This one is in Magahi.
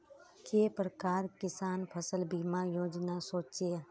के प्रकार किसान फसल बीमा योजना सोचें?